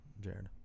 Jared